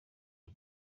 the